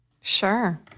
Sure